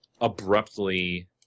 abruptly